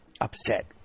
upset